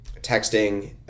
Texting